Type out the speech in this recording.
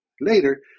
later